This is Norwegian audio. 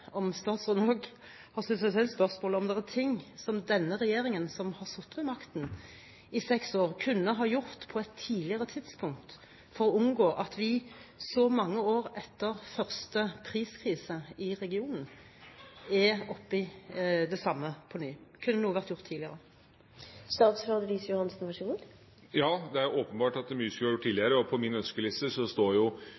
om statsråden har stilt seg selv spørsmålet om det er ting denne regjeringen, som har sittet med makten i seks år, kunne ha gjort på et tidligere tidspunkt for å unngå at vi så mange år etter første priskrise i regionen er oppe i det samme på ny. Kunne noe ha vært gjort tidligere? Ja, det er åpenbart at mye skulle ha vært gjort